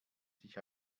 sich